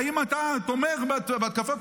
האם אתה תומך בהתקפות?